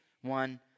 one